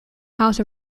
house